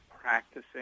practicing